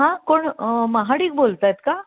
हां कोण महाडिक बोलत आहेत का